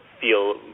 feel